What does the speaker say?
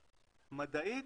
מדעית,